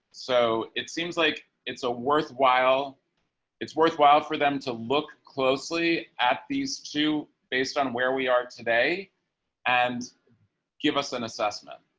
so it seems like it's a worthwhile it's worthwhile for them to look closely at these two based on where we are today and give us an assessment.